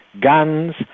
guns